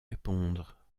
répondre